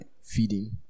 feeding